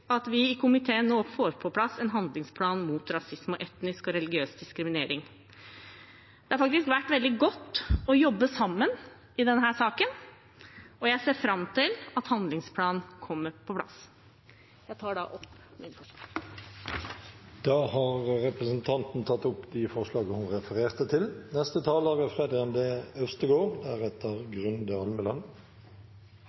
at vi i komiteen nå får på plass en handlingsplan mot rasisme og etnisk og religiøs diskriminering. Det har faktisk vært veldig godt å jobbe sammen i denne saken, og jeg ser fram til at handlingsplanen kommer på plass. Jeg tar opp forslagene. Representanten Åslaug Sem-Jacobsen har tatt opp de forslagene hun refererte til. Rasisme og diskriminering er